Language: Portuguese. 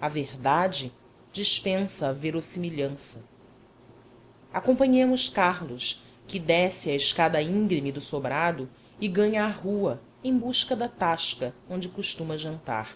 a verdade dispensa a verossimilhança acompanhemos carlos que desce a escada íngreme do sobrado e ganha a rua em busca da tasca onde costuma jantar